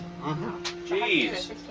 Jeez